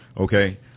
okay